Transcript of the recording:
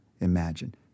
Imagine